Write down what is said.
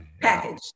package